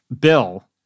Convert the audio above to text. bill